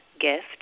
gift